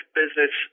business